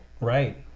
right